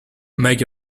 make